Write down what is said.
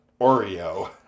Oreo